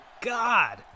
god